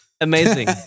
amazing